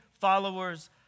followers